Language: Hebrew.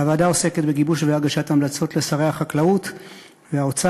הוועדה עוסקת בגיבוש והגשת המלצות לשרי החקלאות והאוצר